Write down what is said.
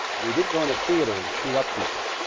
and he didn't go into a theater and shoot up people.